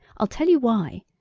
i'll tell you why.